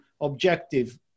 objective